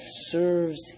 serves